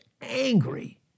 angry